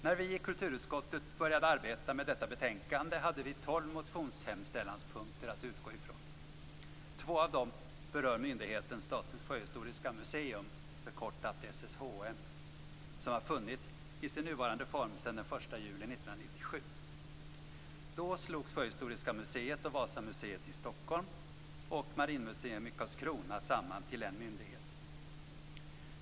När vi i kulturutskottet började arbeta med detta betänkande hade vi tolv motionshemställanspunkter att utgå från. Två av dem berör myndigheten Statens sjöhistoriska museum , som har funnits i sin nuvarande form sedan den 1 juli 1997. Stockholm och Marinmuseum i Karlskrona samman till en myndighet.